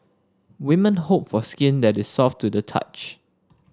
women hope for skin that is soft to the touch